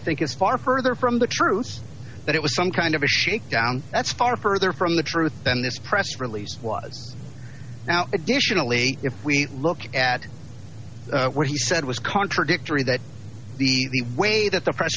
think is far further from the truth that it was some kind of a shakedown that's far further from the truth than this press release was now additionally if we look at what he said was contradictory that the way that the press